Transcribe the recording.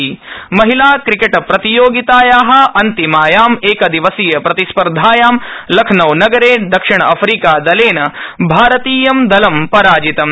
cricket महिलाक्रिकेट प्रतियोगिताया अन्तिमायाम् एकदिवसीय प्रतिस्पर्धायां लखनौ नगरे दक्षिण अफ्रीकादलेन भारतीय दलं पराजितम्